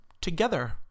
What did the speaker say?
together